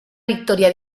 victoria